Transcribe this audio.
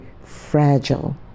fragile